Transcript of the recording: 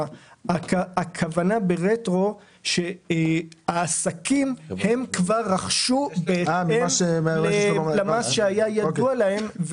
הכוונה ברטרו היא שהעסקים כבר רכשו את זה על פי המס שהיה ידוע להם,